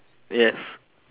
yes